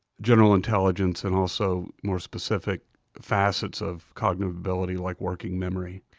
general intelligence and also more specific facets of cognitive ability like working memory.